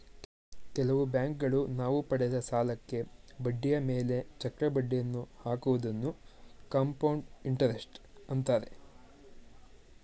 ಕೆಲವು ಬ್ಯಾಂಕುಗಳು ನಾವು ಪಡೆದ ಸಾಲಕ್ಕೆ ಬಡ್ಡಿಯ ಮೇಲೆ ಚಕ್ರ ಬಡ್ಡಿಯನ್ನು ಹಾಕುವುದನ್ನು ಕಂಪೌಂಡ್ ಇಂಟರೆಸ್ಟ್ ಅಂತಾರೆ